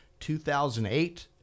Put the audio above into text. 2008